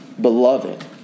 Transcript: beloved